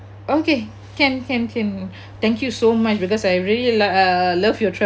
okay can can can thank you so much because I really lo~ uh love your